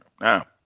Now